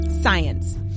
Science